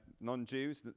non-Jews